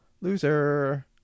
loser